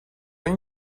این